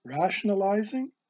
rationalizing